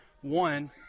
one